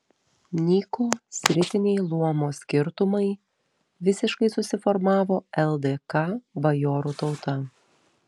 nyko sritiniai luomo skirtumai visiškai susiformavo ldk bajorų tauta